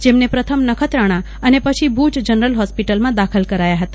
જેમને પ્રથમ નખત્રાણા અને પછી ભુજ જનરલ હોસ્પિટલમાં દાખલ કરાયા છે